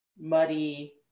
muddy